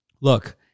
Look